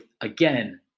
again